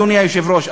אדוני היושב-ראש.